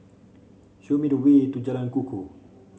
show me the way to Jalan Kukoh